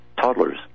toddlers